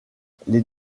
les